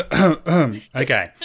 Okay